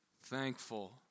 thankful